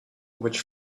which